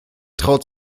traut